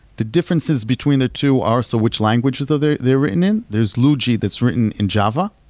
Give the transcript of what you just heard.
the differences between the two are so which language are so they're they're written in. there's luigi that's written in java.